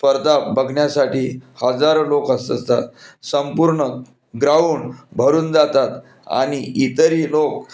स्पर्धा बघण्यासाठी हजारो लोकस असतात संपूर्ण ग्राउंड भरून जातात आणि इतरही लोक